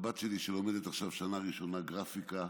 והבת שלי, שלומדת עכשיו שנה ראשונה גרפיקה,